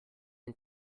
and